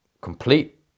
complete